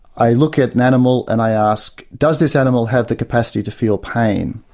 i look at an animal and i ask does this animal have the capacity to feel pain?